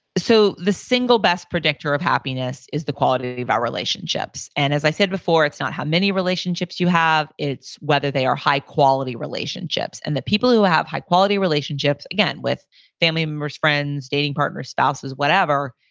so the single best predictor of happiness is the quality of our relationships. and as i said before, it's not how many relationships you have, it's whether they are high quality relationships. and the people who have high quality relationships, again, with family members, friends, dating partner, spouses, whatever,